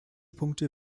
punkte